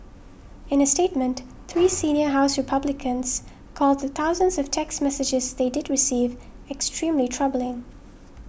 in a statement three senior House Republicans called the thousands of text messages they did receive extremely troubling